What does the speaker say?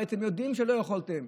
הרי אתם יודעים שלא יכולתם.